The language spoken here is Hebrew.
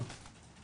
גם.